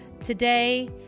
Today